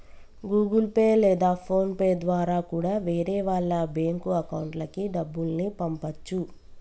Google Pay లేదా PhonePe ద్వారా కూడా వేరే వాళ్ళ బ్యేంకు అకౌంట్లకి డబ్బుల్ని పంపచ్చు